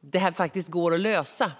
detta faktiskt går att lösa.